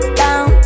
down